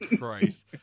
Christ